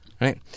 right